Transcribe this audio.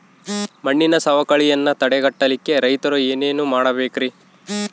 ಮಣ್ಣಿನ ಸವಕಳಿಯನ್ನ ತಡೆಗಟ್ಟಲಿಕ್ಕೆ ರೈತರು ಏನೇನು ಮಾಡಬೇಕರಿ?